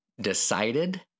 decided